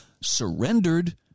surrendered